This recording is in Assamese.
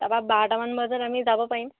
তাৰপৰা বাৰটামান বজাত আমি যাব পাৰিম